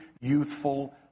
youthful